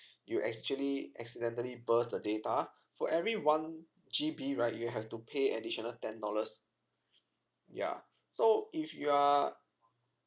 you actually accidentally burst the data for every one G_B right you'll have to pay additional ten dollars ya so if you are